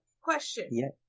Question